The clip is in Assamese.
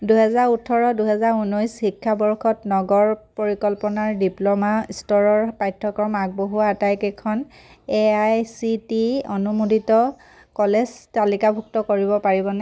দুহেজাৰ ওঠৰ দুহেজাৰ ঊনৈছ শিক্ষাবৰ্ষত নগৰ পৰিকল্পনাৰ ডিপ্ল'মা স্তৰৰ পাঠ্যক্ৰম আগবঢ়োৱা আটাইকেইখন A I C T E অনুমোদিত কলেজ তালিকাভুক্ত কৰিব পাৰিবনে